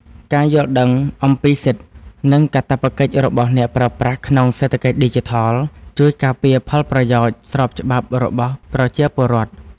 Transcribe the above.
ការយល់ដឹងអំពីសិទ្ធិ និងកាតព្វកិច្ចរបស់អ្នកប្រើប្រាស់ក្នុងសេដ្ឋកិច្ចឌីជីថលជួយការពារផលប្រយោជន៍ស្របច្បាប់របស់ប្រជាពលរដ្ឋ។